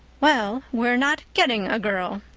well, we're not getting a girl,